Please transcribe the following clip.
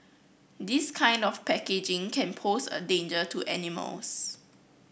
this kind of packaging can pose a danger to animals